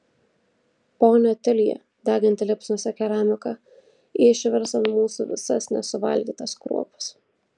ponia otilija deganti liepsnose keramika ji išvers ant mūsų visas nesuvalgytas kruopas